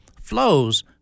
flows